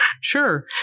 Sure